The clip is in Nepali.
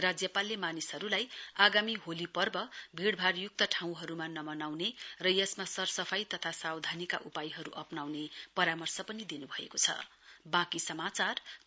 राज्यपालले मानिसहरूलाई आगामी होली पर्व भीडभाडयुक्त ठाउँहरूमा नमनाउने र यसमा सरसफाई तथा सावधानीका उपायहरू अप्राउने परामर्श दिनु भएको छ